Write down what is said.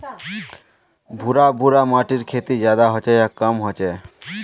भुर भुरा माटिर खेती ज्यादा होचे या कम होचए?